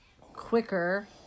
quicker